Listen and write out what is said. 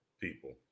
people